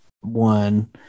one